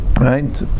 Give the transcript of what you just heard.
Right